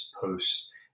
posts